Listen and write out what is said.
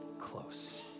close